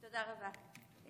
תודה רבה.